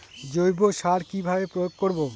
জৈব সার কি ভাবে প্রয়োগ করব?